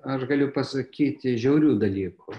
aš galiu pasakyti žiaurių dalykų